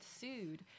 sued